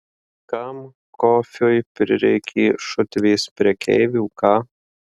kam kofiui prireikė šutvės prekeivių ką